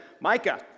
Micah